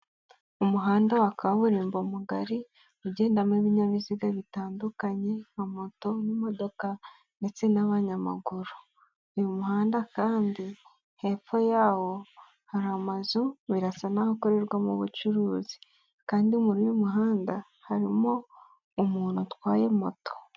Umuhanda wa kaburimbo mugari ugendamo ibinyabiziga bitandukanye nka moto n'imodoka ndetse n'abanyamaguru, uyu muhanda kandi hepfo yawo hari amazu birasa naho akorerwamo ubucuruzi kandi muri uyu muhanda harimo umuntu utwaye moto.